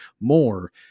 more